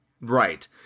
Right